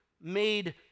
made